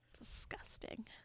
Disgusting